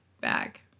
back